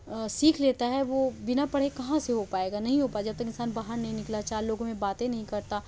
سیکھ لیتا ہے وہ بنا پڑھے کہاں سے ہو پائے گا نہیں ہو پائے جب تک انسان باہر نہیں نکلا چار لوگوں میں باتیں نہیں کرتا